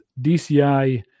DCI